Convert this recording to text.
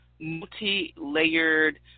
multi-layered